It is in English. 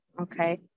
Okay